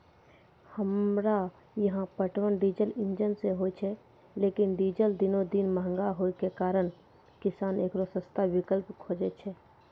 हमरा यहाँ पटवन डीजल इंजन से होय छैय लेकिन डीजल दिनों दिन महंगा होय के कारण किसान एकरो सस्ता विकल्प खोजे छैय?